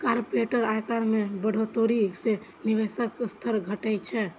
corporate आयकर मे बढ़ोतरी सं निवेशक स्तर घटै छै